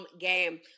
game